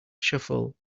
shuffle